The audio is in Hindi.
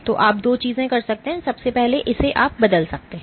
तो आप दो चीजें कर सकते हैं सबसे पहले इसे आप बदल सकते हैं